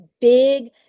big